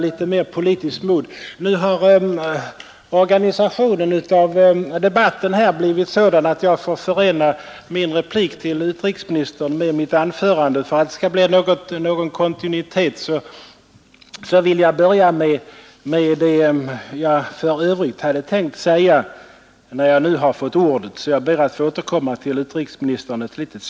Nu har debattens organisation blivit sådan att jag får förena min replik till utrikesministern med mitt huvudanförande. För att det skall bli någon kontinuitet i debatten vill jag börja med det senare och ber därefter att få återkomma till utrikesministerns anförande.